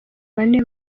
bane